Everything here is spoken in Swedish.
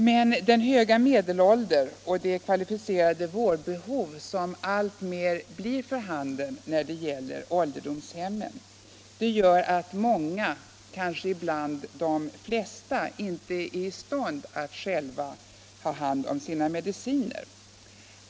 Men den höga medelålder och de kvalificerade vårdbehov som alltmer är för handen på ålderdomshemmen gör att många, kanske ibland de flesta, inte är i stånd att själva handha sina mediciner.